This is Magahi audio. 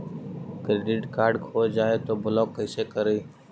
क्रेडिट कार्ड खो जाए तो ब्लॉक कैसे करी?